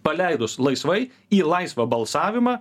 paleidus laisvai į laisvą balsavimą